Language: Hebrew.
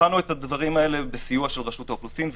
בחנו את הדברים האלה בסיוע רשות האוכלוסין,